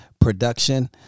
production